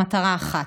במטרה אחת: